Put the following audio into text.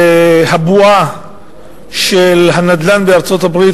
ובועת הנדל"ן בארצות-הברית,